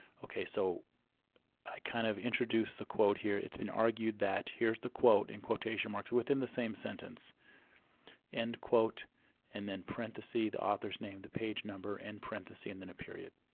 okay so i kind of introduce the quote here it's been argued that here's the quote in quotation marks within the same sentence end quote and then parenthesis, the the author's name, the page number end parenthesis and then period.